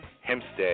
Hempstead